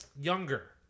Younger